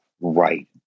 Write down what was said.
right